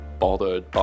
bothered